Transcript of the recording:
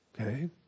Okay